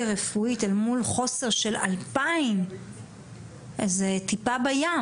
רפואית אל מול חוסר של 2,000 זו טיפה בים.